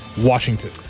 Washington